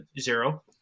zero